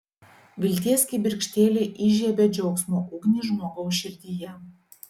vilties kibirkštėlė įžiebia džiaugsmo ugnį žmogaus širdyje